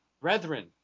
brethren